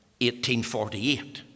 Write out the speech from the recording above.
1848